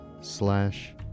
slash